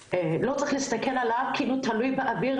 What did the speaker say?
לא צריך להסתכל על פרופיילינג כאילו הוא מושג שתלוי באוויר.